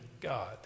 God